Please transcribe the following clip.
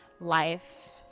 life